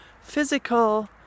physical